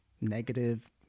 negative